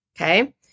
Okay